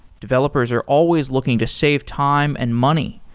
developers are always looking to save time and money,